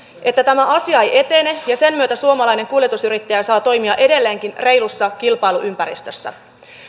että tämä asia ei etene ja sen myötä suomalainen kuljetusyrittäjä saa toimia edelleenkin reilussa kilpailuympäristössä